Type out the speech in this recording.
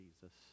Jesus